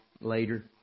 later